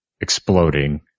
exploding